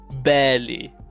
barely